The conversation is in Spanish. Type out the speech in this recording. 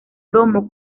domo